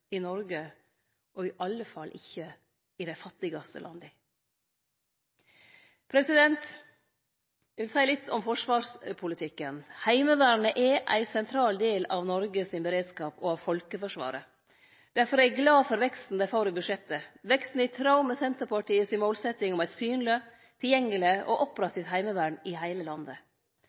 i Noreg og i alle fall i dei fattigaste landa. Eg vil seie litt om forsvarspolitikken. Heimevernet er ein sentral del av Noreg sin beredskap og folkeforsvaret. Difor er eg glad for veksten dei får i budsjettet. Veksten er i tråd med Senterpartiet si målsetjing om eit synleg, tilgjengeleg og operativt heimevern i heile landet.